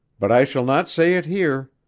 but i shall not say it here.